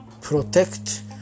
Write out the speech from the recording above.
protect